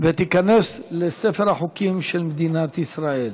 ותיכנס לספר החוקים של מדינת ישראל.